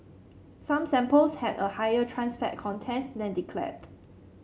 some samples had a higher trans fat content than declared